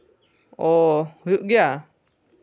ᱚᱻ ᱦᱩᱭᱩᱜ ᱜᱮᱭᱟ